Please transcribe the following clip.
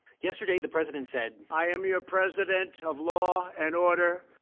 yesterday, the president said i am your president of law and order.